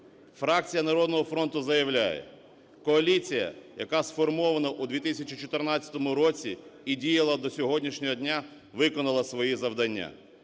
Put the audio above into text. Фракція "Народного фронту" заявляє: коаліція, яка сформована у 2014 році і діяла до сьогоднішнього дня, виконала свої завдання.